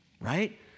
Right